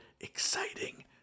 exciting